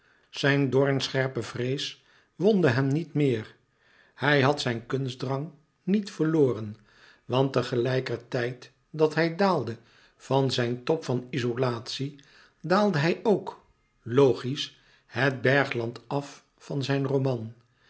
zijn doornscherpe vrees wondde hem niet meer hij had zijn kunstdrang niet verloren want tegelijkertijd dat hij daalde van zijn top van izolatie daalde hij ook logisch het bergland af van zijn roman